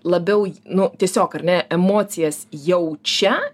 labiau nu tiesiog ar ne emocijas jaučia